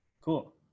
Cool